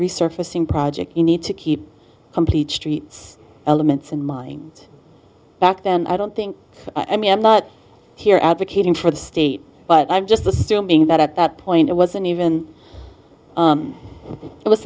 resurfacing project you need to keep complete streets elements in mind back then i don't think i mean i'm not here advocating for the state but i'm just assuming that at that point it wasn't even it was